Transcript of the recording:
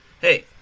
hey